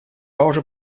уже